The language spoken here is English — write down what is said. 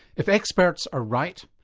if experts are right,